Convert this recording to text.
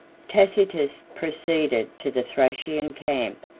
tacitus proceeded to the thracian camp,